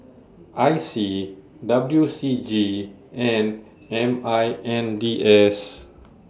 I C W C G and M I N D S